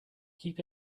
keep